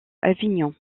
avignon